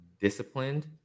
disciplined